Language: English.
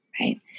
right